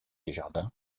desjardins